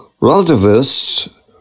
Relativists